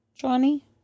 Johnny